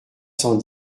cent